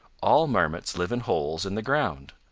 all marmots live in holes in the ground,